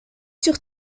sur